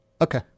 Okay